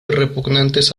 repugnantes